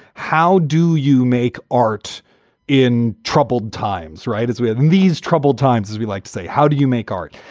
how do you make art in troubled times? right. as we have in these troubled times, as we like to say. how do you make art?